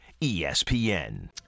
ESPN